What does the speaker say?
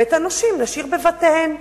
ואת הנשים נשאיר בבתיהן.